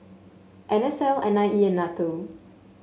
N S L N I E and NATO